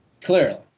Clearly